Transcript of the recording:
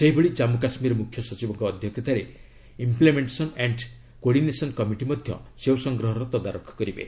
ସେହିଭଳି ଜାନ୍ପୁ କାଶ୍ମୀର ମୁଖ୍ୟ ସଚିବଙ୍କ ଅଧ୍ୟକ୍ଷତାରେ ଇମ୍ପ୍ଲେମେଣ୍ଟେସନ୍ ଆଣ୍ଡ କୋଡିନେସନ୍ କମିଟି ମଧ୍ୟ ସେଓ ସଂଗ୍ରହର ତଦାରଖ କରିବେ